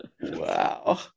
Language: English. Wow